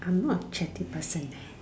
I am not a chatty person leh